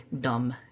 dumb